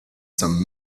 some